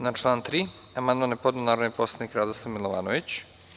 Na član 3. amandman je podneo narodni poslanik Radoslav Milovanović.